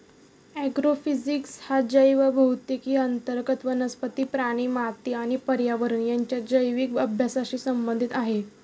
agrophysics हा जैवभौतिकी अंतर्गत वनस्पती, प्राणी, माती आणि पर्यावरण यांच्या जैविक अभ्यासाशी संबंधित आहे